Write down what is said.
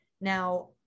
now